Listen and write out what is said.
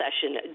session